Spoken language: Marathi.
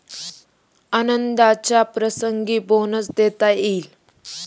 आनंदाच्या प्रसंगी बोनस देता येईल